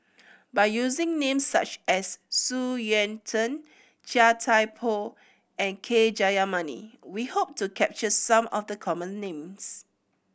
by using names such as Xu Yuan Zhen Chia Thye Poh and K Jayamani we hope to capture some of the common names